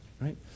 right